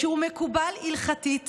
שהוא מקובל הלכתית